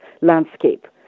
landscape